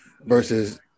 versus